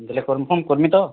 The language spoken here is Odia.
ବେଲେ କନ୍ଫର୍ମ କର୍ମି ତ